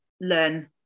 learn